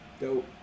Dope